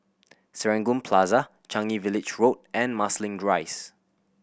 Serangoon Plaza Changi Village Road and Marsiling Rise